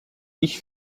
ich